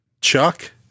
Chuck